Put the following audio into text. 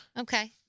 Okay